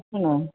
ആണോ